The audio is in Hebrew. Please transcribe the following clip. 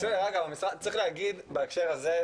צריך להגיד בהקשר הזה,